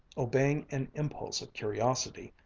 obeying an impulse of curiosity,